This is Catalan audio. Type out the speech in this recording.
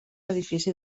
edifici